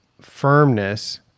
firmness